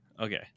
okay